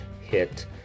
hit